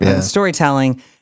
storytelling